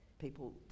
people